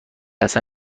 اصلا